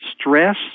Stress